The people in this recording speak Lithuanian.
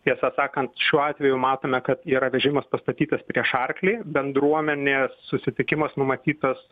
tiesą sakant šiuo atveju matome kad yra vežimas pastatytas prieš arklį bendruomenės susitikimas numatytas